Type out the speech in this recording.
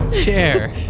chair